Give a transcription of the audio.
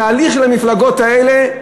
התהליך של המפלגות האלה,